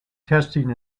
testing